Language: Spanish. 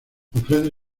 ofrece